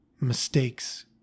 mistakes